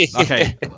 Okay